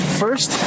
first